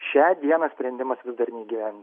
šią dieną sprendimas vis dar neįgyven